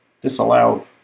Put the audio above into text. disallowed